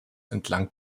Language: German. entlang